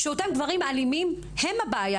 אותם גברים אלימים הם הבעיה.